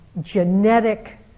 genetic